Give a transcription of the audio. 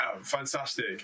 Fantastic